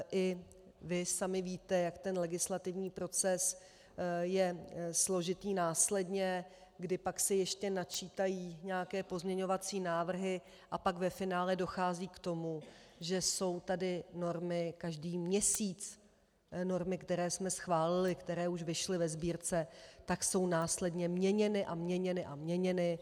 I vy sami víte, jak ten legislativní proces je složitý, následně se pak ještě načítají nějaké pozměňovací návrhy a pak ve finále dochází k tomu, že jsou tady normy každý měsíc, normy, které jsme schválili, které už vyšly ve Sbírce, tak jsou následně měněny a měněny a měněny.